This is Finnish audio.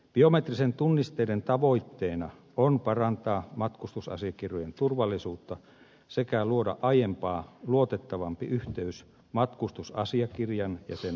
biometristen tunnisteiden tavoitteena on parantaa matkustusasiakirjojen turvallisuutta sekä luoda aiempaa luotettavampi yhteys matkustusasiakirjan ja sen haltijan välille